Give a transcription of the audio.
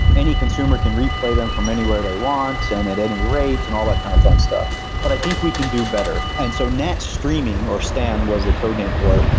any consumer can replay them from anywhere they want and at any rate and all that kind of fun stuff but i think we can do better. and so nats streaming, or stan was the code name for it,